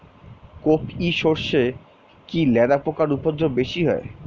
কোপ ই সরষে কি লেদা পোকার উপদ্রব বেশি হয়?